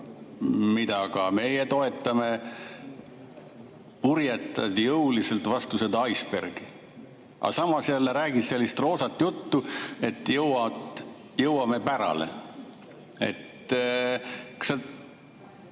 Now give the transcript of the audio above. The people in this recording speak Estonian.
mida ka meie toetame, purjetad jõuliselt vastu sedaEisberg'i. Aga samas jälle räägid sellist roosat juttu, et jõuame pärale.